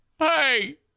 Hey